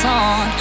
on